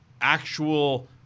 actual